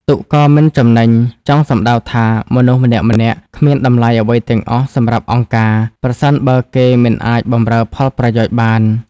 «ទុកក៏មិនចំណេញ» ចង់សម្តៅថា មនុស្សម្នាក់ៗគ្មានតម្លៃអ្វីទាំងអស់សម្រាប់អង្គការ ប្រសិនបើគេមិនអាចបម្រើផលប្រយោជន៍បាន។